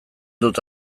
dut